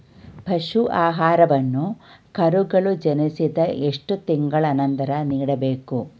ಪಶು ಆಹಾರವನ್ನು ಕರುಗಳು ಜನಿಸಿದ ಎಷ್ಟು ತಿಂಗಳ ನಂತರ ನೀಡಬೇಕು?